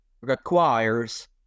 requires